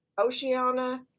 Oceana